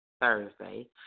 Thursday